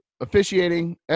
Officiating